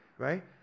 Right